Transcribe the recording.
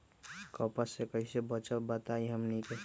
कपस से कईसे बचब बताई हमनी के?